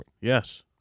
Yes